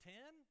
Ten